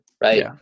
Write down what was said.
right